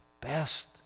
best